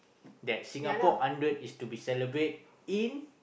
that Singapore hundred is to be celebrated in